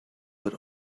but